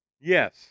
Yes